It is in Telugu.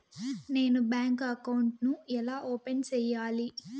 నేను బ్యాంకు అకౌంట్ ను ఎలా ఓపెన్ సేయాలి?